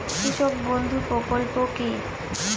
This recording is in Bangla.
কৃষক বন্ধু প্রকল্প কি?